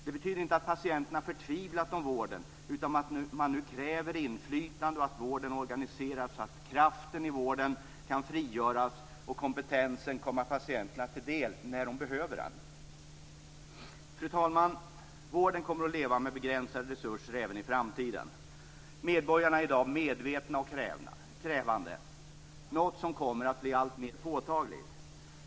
Det betyder inte att patienterna förtvivlat om vården, utan att man nu kräver inflytande och att vården organiseras så att kraften i vården kan frigöras och kompetensen komma patienterna till del när de behöver den. Fru talman! Vården kommer att leva med begränsade resurser även i framtiden. Medborgarna är i dag medvetna och krävande, något som kommer att bli alltmer påtagligt.